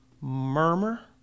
murmur